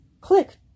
Click